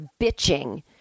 bitching